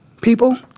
people